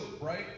right